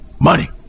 Money